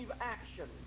action